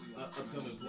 upcoming